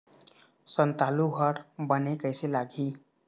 संतालु हर बने कैसे लागिही?